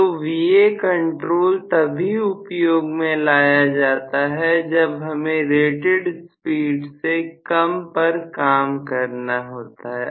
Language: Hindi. तो Va कंट्रोल तभी उपयोग में लाया जाता है जब हमें रेटेड स्पीड से कम पर काम करना होता है